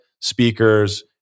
speakers